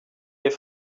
les